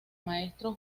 maestro